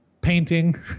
painting